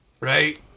Right